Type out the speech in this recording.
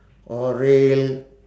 or rail